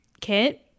kit